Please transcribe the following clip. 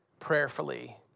prayerfully